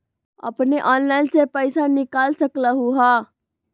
अपने ऑनलाइन से पईसा निकाल सकलहु ह?